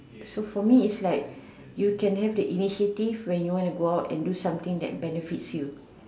so for me is like you can have the initiative when you want to go out and do something that benefits you